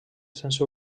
sense